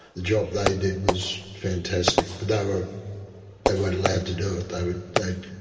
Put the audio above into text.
the job they did was fantastic, but they were, they weren't allowed to do it.